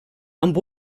amb